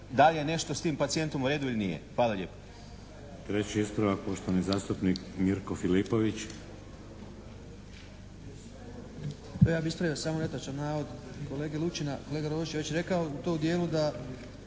da li je nešto s tim pacijentom u redu ili nije.